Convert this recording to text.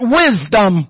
wisdom